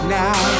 now